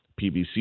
PBC